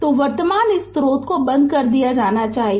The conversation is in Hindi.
तो वर्तमान स्रोत बंद कर दिया जाना चाहिए